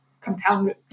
compound